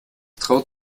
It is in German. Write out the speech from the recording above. traut